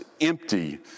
empty